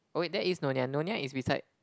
oh wait that is Nyonya Nyonya is beside